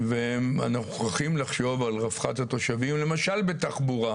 אנחנו חושבים וסבורים שזו נקודת החיתוך שצריכה להיות,